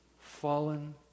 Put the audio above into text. fallen